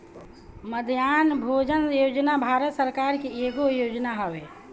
मध्याह्न भोजन योजना भारत सरकार के एगो योजना हवे